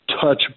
touch